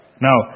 Now